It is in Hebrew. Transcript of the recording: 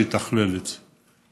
שיתכלל את זה,